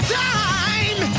time